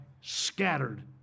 scattered